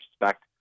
respect